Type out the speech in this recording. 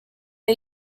the